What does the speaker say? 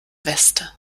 weste